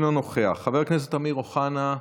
אינו נוכח, חבר הכנסת אמיר אוחנה,